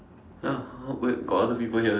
ya !huh! wait got other people here meh